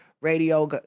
radio